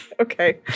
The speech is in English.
okay